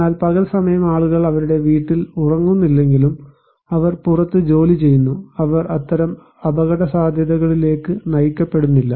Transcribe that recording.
എന്നാൽ പകൽ സമയം ആളുകൾ അവരുടെ വീട്ടിൽ ഉറങ്ങുന്നില്ലെങ്കിലും അവർ പുറത്ത് ജോലിചെയ്യുന്നു അവർ അത്തരം അപകടസാധ്യതകളിലേക്ക് നയിക്കപ്പെടുന്നില്ല